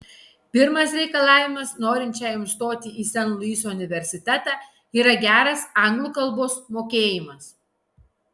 pirmas reikalavimas norinčiajam įstoti į sen luiso universitetą yra geras anglų kalbos mokėjimas